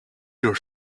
your